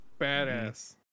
badass